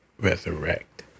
resurrect